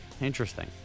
Interesting